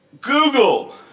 Google